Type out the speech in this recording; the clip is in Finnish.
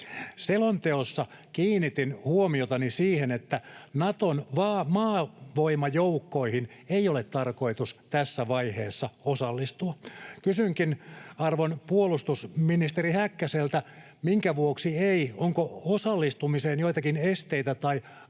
Selonteossa kiinnitin huomiotani siihen, että Naton maavoimajoukkoihin ei ole tarkoitus tässä vaiheessa osallistua. Kysynkin arvon puolustusministeri Häkkäseltä: Minkä vuoksi ei? Onko osallistumiseen joitakin esteitä tai avoimia